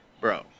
Bro